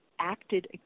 acted